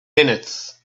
minutes